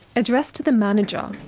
addressed to the manager,